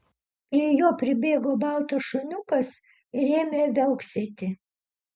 prie jo pribėgo baltas šuniukas ir ėmė viauksėti